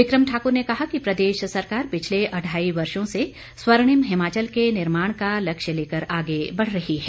बिक्रम ठाकुर ने कहा कि प्रदेश सरकार पिछले अढ़ाई वर्षो से स्वर्णिम हिमाचल के निर्माण का लक्ष्य लेकर आगे बढ़ रही है